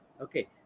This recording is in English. Okay